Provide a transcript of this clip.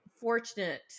fortunate